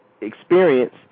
experience